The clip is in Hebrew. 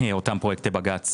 שלא ישתמע כך מהדבר הזה.